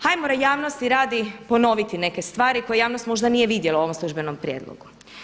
Hajmo javnosti radi ponoviti neke stvari koje javnost možda nije vidjela u ovom službenom prijedlogu.